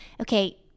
okay